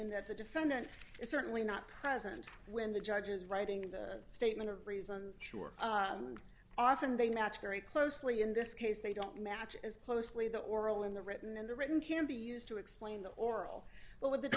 in that the defendant is certainly not present when the judge is writing the statement of reasons sure often they match very closely in this case they don't match as closely the oral and the written in the written can be used to explain the oral but with the